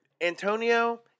Antonio